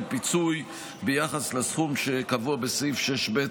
פיצוי ביחס לסכום שקבוע בסעיף 6(ב)